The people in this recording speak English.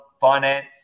finance